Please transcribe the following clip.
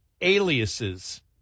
aliases